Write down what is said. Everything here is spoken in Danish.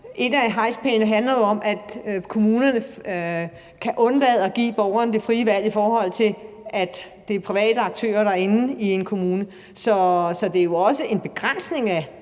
En af hegnspælene handler jo om, at kommunerne kan undlade at give borgeren det frie valg, i forhold til at det er private aktører, der er inde i en kommune. Så det er jo også en begrænsning af